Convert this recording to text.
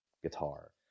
Guitar